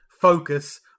focus